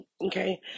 okay